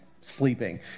sleeping